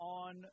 on